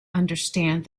understand